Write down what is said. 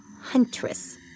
Huntress